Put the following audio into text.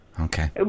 Okay